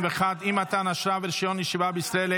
41) (אי-מתן אשרה ורישיון ישיבה בישראל),